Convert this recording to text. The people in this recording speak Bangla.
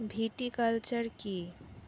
ভিটিকালচার কী?